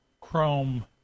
Chrome